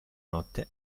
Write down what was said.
notte